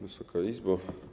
Wysoka Izbo!